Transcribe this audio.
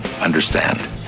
understand